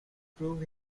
prove